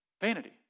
Vanity